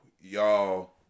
y'all